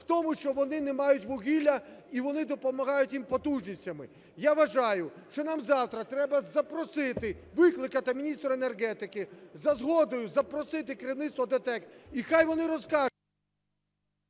в тому, що вони не мають вугілля і вони допомагають їм потужностями. Я вважаю, що нам завтра треба запросити, викликати міністра енергетики, за згодою запросити керівництво ДТЕК, і хай вони…